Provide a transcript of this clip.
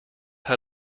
how